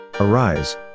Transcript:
Arise